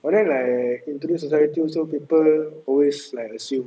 but then like in today's society also people always like assume